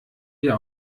wir